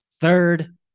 third